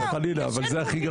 אבל מתי תקיים